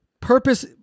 purpose